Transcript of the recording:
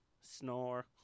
Snore